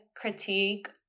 critique